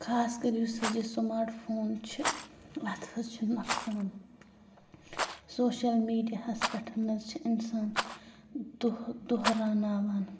خاص کر یُس حظ یہِ سُماٹ فون چھِ اَتھ حظ چھِ نۄقصان سوشَل میٖڈیاہَس پٮ۪ٹھ حظ چھِ اِنسان دُہ دۄہ رناوان